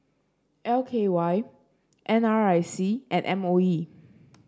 L K Y N R I C and M O E